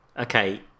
Okay